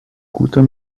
guter